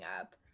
up